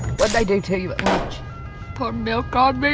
what they do tell you at lunch put milk on me